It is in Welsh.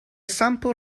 sampl